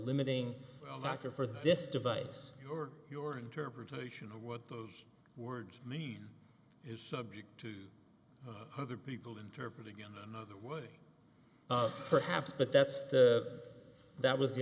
limiting factor for this device or your interpretation of what those words mean is subject to other people interpret again another way perhaps but that's that was the